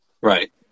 Right